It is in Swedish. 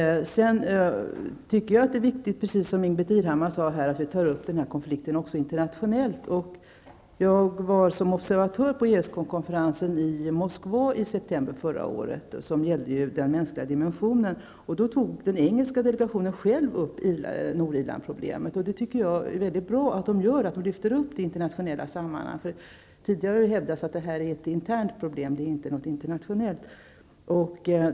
Jag tycker att det är viktigt att, precis som Ingbritt Irhammar sade, vi tar upp denna konflikt också internationellt. I september förra året var jag som observatör på ESK-konferensen i Moskva, som gällde den mänskliga dimensionen. Där tog den engelska delegationen själv upp Nordirlandsproblemet. Jag tycker att det är väldigt bra att frågan lyfts fram i internationella sammanhang. Tidigare har det hävdats att detta är ett internt problem, inte något internationellt.